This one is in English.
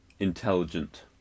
intelligent